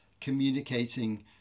communicating